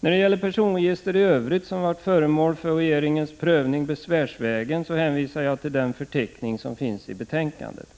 När det gäller personregister i övrigt som varit föremål för regeringens prövning besvärsvägen, hänvisar jag till den förteckning som finns i betänkandet.